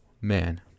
man